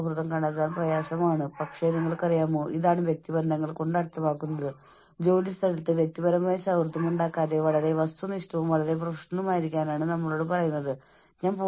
സമ്മർദ്ദം എന്നത് ചലനാത്മകമായ ഒരു അവസ്ഥയാണ് അതിൽ വ്യക്തി എന്താണ് ആഗ്രഹിക്കുന്നത് അതുമായി ബന്ധപ്പെട്ട് ഒരു വ്യക്തി ഒരു അവസരം ഡിമാൻഡ് അല്ലെങ്കിൽ വിഭവം അഭിമുഖീകരിക്കേണ്ടിവരികയും അതിന്റെ ഫലം അനിശ്ചിതവും പ്രധാനപ്പെട്ടതും ആവുകയും ചെയ്യുന്നു ഇത് വളരെ നീണ്ട ഒരു നിർവ്വചനമാണ്